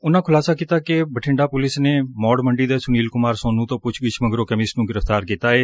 ਉਨਾਂ ਖੁਲਾਸਾ ਕੀਤਾ ਕਿ ਬਠਿੰਡਾ ਪੁਲਿਸ ਨੇ ਮੋੜ ਮੰਡੀ ਦੇ ਸੁਨੀਲ ਕੁਮਾਰ ਸੋਨੂੰ ਤੋਂ ਪੁੱਛ ਗਿੱਛ ਮਗਰੋਂ ਕੈਮਿਸਟ ਨੂੰ ਗ੍ਰਿਫ਼ਤਾਰ ਕੀਤਾ ਏ